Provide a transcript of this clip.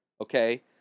Okay